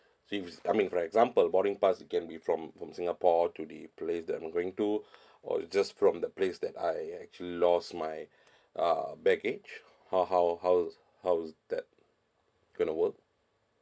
seems I mean for example boarding pass it can be from from singapore to the place that I'm going to or it just from the place I actually lost my uh baggage how how how how's that going to work